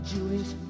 Jewish